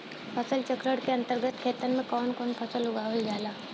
फसल चक्रण के अंतर्गत खेतन में कवन कवन फसल उगावल जाला?